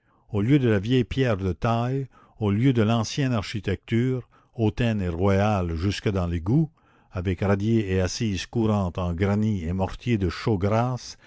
au lieu de la vieille pierre de taille au lieu de l'ancienne architecture hautaine et royale jusque dans l'égout avec radier et assises courantes en granit et mortier de chaux grasse